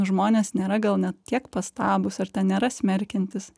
žmonės nėra gal net tiek pastabūs ar ten nėra smerkiantys